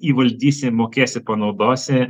įvaldysi mokėsi panaudosi